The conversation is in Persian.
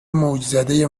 موجزده